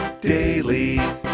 Daily